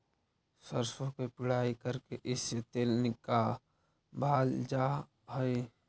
सरसों की पिड़ाई करके इससे तेल निकावाल जा हई